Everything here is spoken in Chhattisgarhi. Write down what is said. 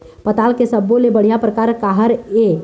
पताल के सब्बो ले बढ़िया परकार काहर ए?